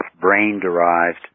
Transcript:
brain-derived